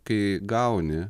kai gauni